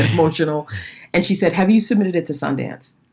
ah but you know and she said, have you submitted it to sundance?